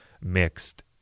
mixed